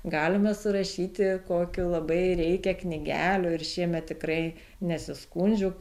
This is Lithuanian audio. galime surašyti kokių labai reikia knygelių ir šiemet tikrai nesiskundžiu